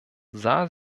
sah